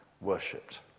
worshipped